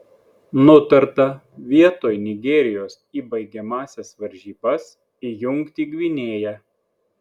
nutarta vietoj nigerijos į baigiamąsias varžybas įjungti gvinėją